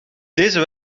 deze